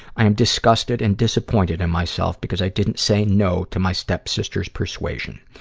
i am disgusted and disappointed in myself because i didn't say no to my stepsister's persuasion.